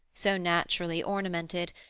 so naturally ornamented,